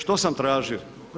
Što sam tražio?